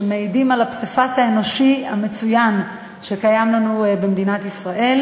שמעידים על הפסיפס האנושי המצוין שקיים לנו במדינת ישראל.